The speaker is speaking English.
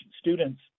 students